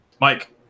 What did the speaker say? Mike